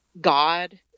God